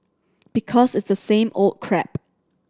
because it's the same old crap